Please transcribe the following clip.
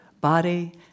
body